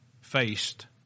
faced